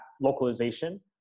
localization